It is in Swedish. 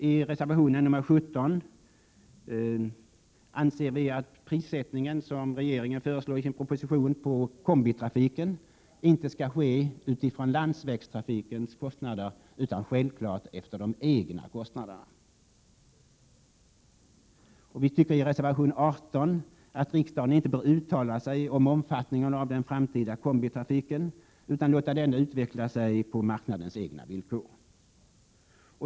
I reservation nr 17 säger vi att den prissättning på kombitrafiken som regeringen föreslår i sin proposition inte bör ske på basis av landsvägstrafikens kostnader, utan självfallet med hänsyn till de egna kostnaderna. Vi framför i reservation nr 18 att riksdagen inte bör uttala sig om omfattningen av den framtida kombitrafiken, utan låta denna utvecklas på marknadens egna villkor.